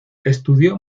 estudió